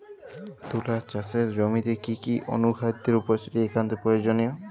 তুলা চাষের জমিতে কি কি অনুখাদ্যের উপস্থিতি একান্ত প্রয়োজনীয়?